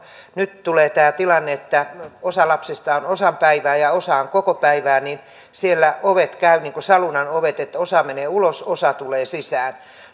nyt tulee tämä tilanne että osa lapsista on osan päivää ja osa on koko päivän niin siellä ovet käyvät niin kuin saluunanovet että osa menee ulos osa tulee sisään